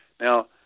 now